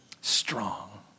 strong